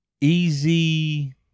easy